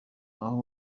aho